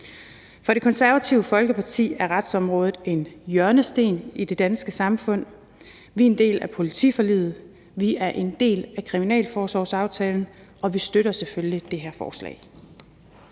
For Det Konservative Folkeparti er retsområdet en hjørnesten i det danske samfund. Vi er en del af politiforliget, vi er en del af kriminalforsorgsaftalen, og vi støtter selvfølgelig det her forslag.